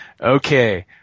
okay